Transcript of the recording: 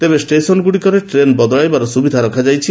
ତେବେ ଷ୍ଟେସନଗ୍ରଡ଼ିକରେ ଟେନ୍ ବଦଳାଇବାର ସ୍ତବିଧା ରଖାଯାଇଛି